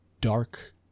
dark